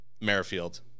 Merrifield